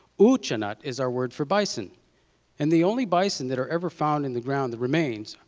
uchinut is our word for bison and the only bison that are ever found in the ground, the remains,